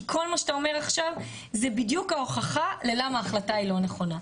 כי כל מה שאתה אומר עכשיו זה בדיוק ההוכחה ללמה ההחלטה היא לא נכונה.